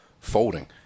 folding